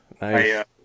nice